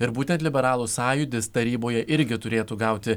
ir būtent liberalų sąjūdis taryboje irgi turėtų gauti